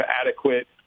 adequate